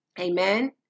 Amen